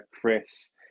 Chris